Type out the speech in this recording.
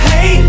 Hey